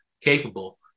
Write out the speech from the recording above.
capable